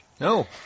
No